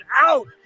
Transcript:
out